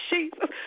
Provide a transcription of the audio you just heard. Jesus